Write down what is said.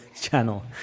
channel